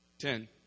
Ten